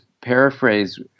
paraphrase